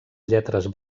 lletres